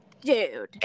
dude